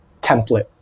template